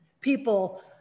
people